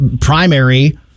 primary